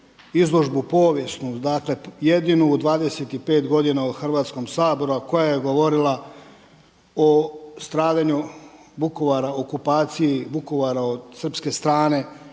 izložbu povijesnu, dakle jedinu u 25 godina u Hrvatskom saboru, a koja je govorila o stradanju Vukovara, okupaciji Vukovara od srpske strane.